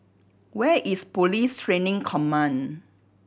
where is Police Training Command